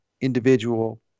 individual